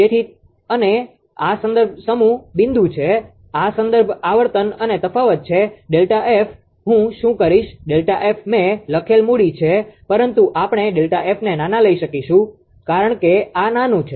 તેથી અને આ સંદર્ભ સમૂહ બિંદુ છે આ સંદર્ભ આવર્તન અને તફાવત છે ΔF હું શું કરીશ ΔF મેં લખેલ મૂડી છે પરંતુ આપણે ΔF ને નાના લઈ શકીશું કારણ કે આ નાનું છે